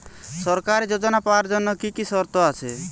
সরকারী যোজনা পাওয়ার জন্য কি কি শর্ত আছে?